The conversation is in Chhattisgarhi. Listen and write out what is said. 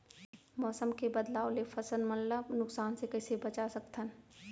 मौसम के बदलाव ले फसल मन ला नुकसान से कइसे बचा सकथन?